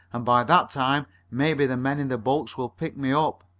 and by that time maybe the men in the boats will pick me up.